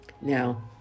Now